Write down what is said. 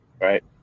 right